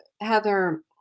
Heather